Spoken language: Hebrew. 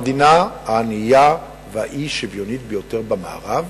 המדינה הענייה והאי-שוויונית ביותר במערב.